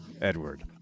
edward